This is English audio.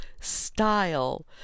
style